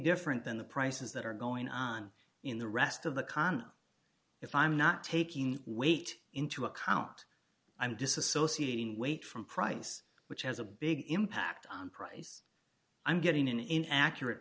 different than the prices that are going on in the rest of the con if i'm not taking weight into account i'm disassociating weight from price which has a big impact on price i'm getting an in accurate